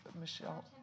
Michelle